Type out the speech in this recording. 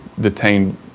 detained